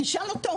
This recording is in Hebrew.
תשאל אותו,